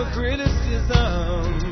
criticism